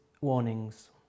warnings